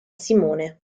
simone